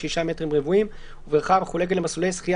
שישה מטרים רבועים ובבריכה מחולקת למסלולי שחייה